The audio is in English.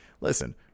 listen